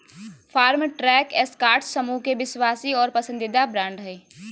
Farmtrac Escorts समूह के विश्वासी और पसंदीदा ब्रांड हइ